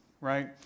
right